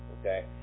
Okay